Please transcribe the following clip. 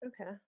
Okay